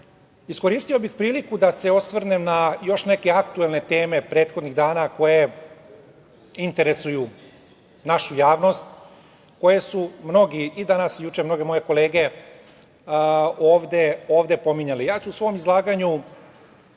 zemlje. Iskoristio bih priliku da se osvrnem na još neke aktuelne teme prethodnih dana koje interesuju našu javnost, a koje su mnogi i danas i juče, mnoge moje kolege, ovde pominjali.U